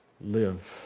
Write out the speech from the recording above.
live